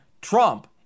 Trump